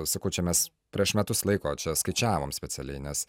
sakau čia mes prieš metus laiko čia skaičiavom specialiai nes